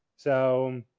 so,